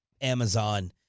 Amazon –